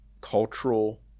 cultural